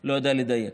אני לא יודע לדייק.